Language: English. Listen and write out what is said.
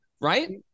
right